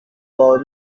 wawe